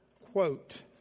quote